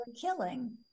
killing